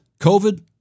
COVID